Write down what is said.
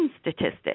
statistics